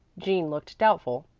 jean looked doubtful.